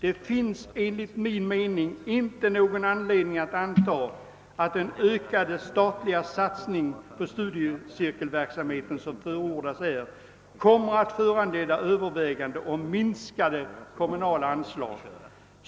Det finns enligt min mening inte någon anledning att anta att den ökade statliga satsning på studiecirkelverksamheten, som förordas här, kommer att föranleda överväganden om minskade kommunala anslag.